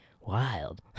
wild